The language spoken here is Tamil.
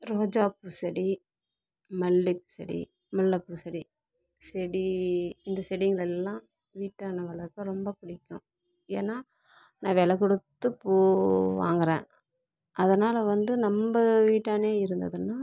ரோஜாப்பூ செடி மல்லிச்செடி முல்லைப்பூ செடி செடி இந்தச் செடிங்களெலாம் வீட்டாண்ட வளர்க்க ரொம்ப பிடிக்கும் ஏனால் நான் வெலை கொடுத்து பூ வாங்குகிறேன் அதனாலே வந்து நம்ப வீட்டாண்டே இருந்ததுன்னால்